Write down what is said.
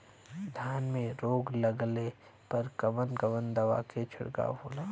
धान में रोग लगले पर कवन कवन दवा के छिड़काव होला?